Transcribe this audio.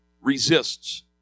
resists